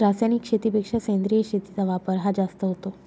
रासायनिक शेतीपेक्षा सेंद्रिय शेतीचा वापर हा जास्त होतो